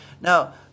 Now